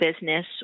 business